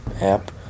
app